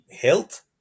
health